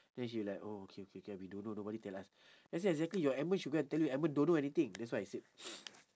then she like oh okay okay can we don't know nobody tell us then I say exactly your edmund should go and tell you edmund don't know anything that's what I said